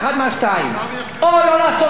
או לא לעשות כלום ולא יקרה כלום,